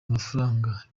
amafaranga